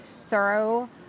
thorough